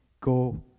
Go